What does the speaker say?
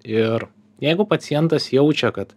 ir jeigu pacientas jaučia kad